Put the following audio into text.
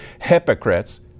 hypocrites